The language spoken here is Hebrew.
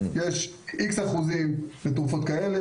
יש X אחוזים לתרופות כאלה,